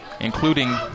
Including